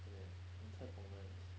after that the caipng nice